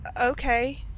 okay